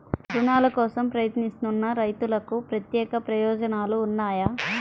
రుణాల కోసం ప్రయత్నిస్తున్న రైతులకు ప్రత్యేక ప్రయోజనాలు ఉన్నాయా?